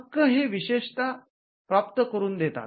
हक्क हे विशेषता प्राप्त करून देतात